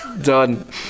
Done